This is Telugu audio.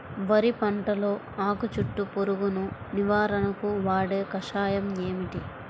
వరి పంటలో ఆకు చుట్టూ పురుగును నివారణకు వాడే కషాయం ఏమిటి?